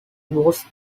was